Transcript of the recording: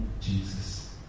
Jesus